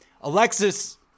Alexis